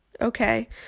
okay